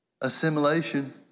assimilation